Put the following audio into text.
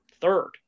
third